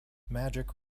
magic